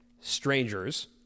strangers